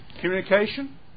Communication